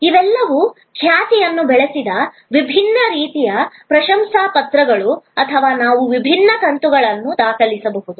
ಇವೆಲ್ಲವೂ ಖ್ಯಾತಿಯನ್ನು ಬೆಳೆಸಿದ ವಿಭಿನ್ನ ರೀತಿಯ ಪ್ರಶಂಸಾಪತ್ರಗಳು ಅಥವಾ ನಾವು ವಿಭಿನ್ನ ಕಂತುಗಳನ್ನು ದಾಖಲಿಸಬಹುದು